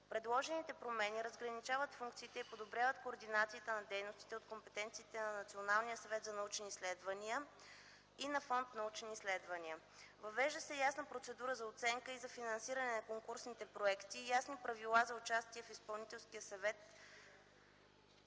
Предложените промени разграничават функциите и подобряват координацията на дейностите от компетенциите на Националния съвет за научни изследвания и на фонд „Научни изследвания”. Въвежда се ясна процедура за оценка и за финансиране на конкурсните проекти и ясни правила за участие в Изпълнителния съвет